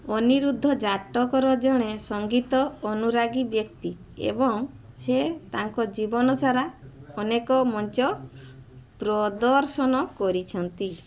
ଅନିରୁଦ୍ଧ ଜାଟକର ଜଣେ ସଙ୍ଗୀତ ଅନୁରାଗୀ ବ୍ୟକ୍ତି ଏବଂ ସେ ତାଙ୍କ ଜୀବନ ସାରା ଅନେକ ମଞ୍ଚ ପ୍ରଦର୍ଶନ କରିଛନ୍ତି